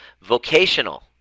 Vocational